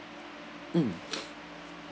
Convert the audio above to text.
mm